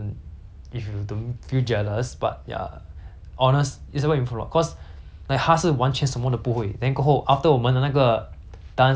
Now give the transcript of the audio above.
honest isabelle improve a lot cause like 她是完全什么都不会 then 过后 after 我们的那个 dance item hor !wah! 她真的进步很多